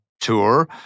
Tour